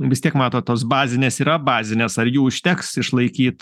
vis tiek matot tos bazinės yra bazinės ar jų užteks išlaikyt